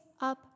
up